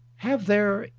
have there,